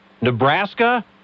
Nebraska